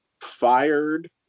fired